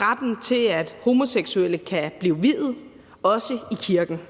retten til, at homoseksuelle kan blive viet, også i kirken.